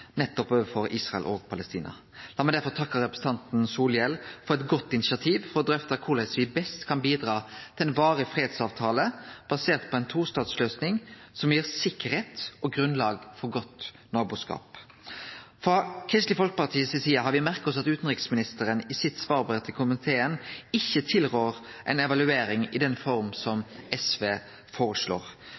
nettopp Israel og Palestina. Lat meg derfor takke representanten Solhjell for eit godt initiativ for å drøfte korleis me best kan bidra til ein varig fredsavtale, basert på ei tostatsløysing som gir sikkerheit og grunnlag for godt naboskap. Frå Kristeleg Folkepartis side har me merka oss at utanriksministeren i svarbrevet sitt til komiteen ikkje tilrår ei evaluering i den forma som SV foreslår.